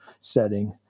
setting